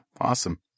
Awesome